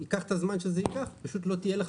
זאת אומרת ייקח את הזמן שזה ייקח פשוט לא תהיה לך